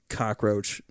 cockroach